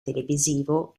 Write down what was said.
televisivo